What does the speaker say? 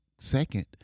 second